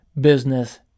business